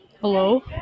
Hello